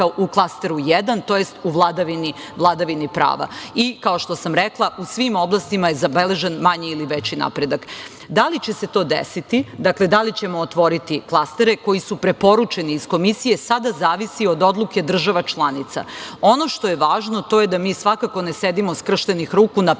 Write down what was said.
u klasteru 1, tj. u vladavini prava. Kao što sam rekla, u svim oblastima je zabeležen manji ili veći napredak. Da li će se to desiti, dakle da li ćemo otvoriti klastere koji su preporučeni iz Komisije sada zavisi od odluke država članica. Ono što je važno to je da mi svakako ne sedimo skrštenih ruku, naprotiv